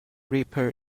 reaper